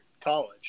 college